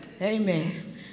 Amen